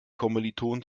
kommilitonen